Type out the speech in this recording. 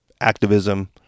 activism